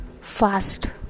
fast